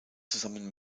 zusammen